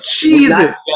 jesus